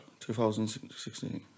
2016